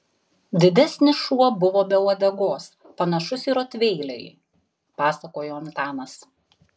didesnis šuo buvo be uodegos panašus į rotveilerį pasakojo antanas